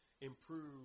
improve